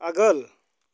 आगोल